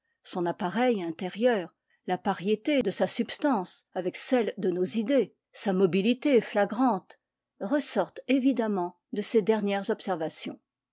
son appareil intérieur la pariété de sa substance avec celle de nos idées sa mobilité flagrante ressortent évidemment de ces dernières observations